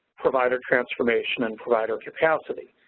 provider transformation and provider capacity.